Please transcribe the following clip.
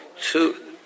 two